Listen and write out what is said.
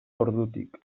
ordutik